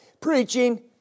Preaching